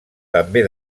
també